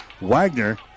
Wagner